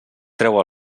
treu